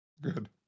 Good